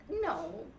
No